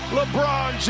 LeBron